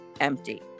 Empty